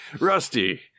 Rusty